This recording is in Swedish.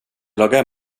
lagar